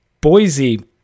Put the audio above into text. Boise